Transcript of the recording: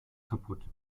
kaputt